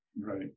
Right